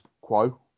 quo